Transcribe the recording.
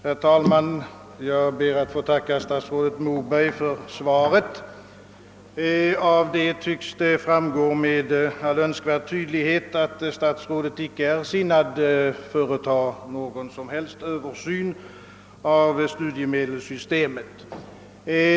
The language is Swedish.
Herr talman! Jag ber att få tacka statsrådet Moberg för svaret. Därav tycks med all önskvärd tydlighet framgå att statsrådet inte är sinnad att företa någon som helst översyn av studiemedelssystemet.